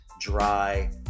dry